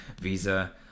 visa